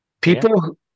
People